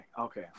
okay